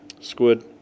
Squid